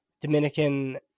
Dominican